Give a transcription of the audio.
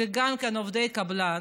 גם הם עובדי קבלן.